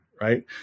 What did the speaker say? right